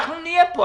אנחנו נהיה כאן.